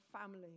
family